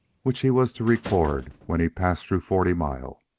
which he was to record when he passed through forty mile.